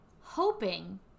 hoping